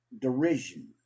derision